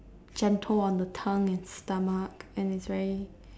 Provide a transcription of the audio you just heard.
gentle on the tongue and stomach and it's very